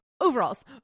overalls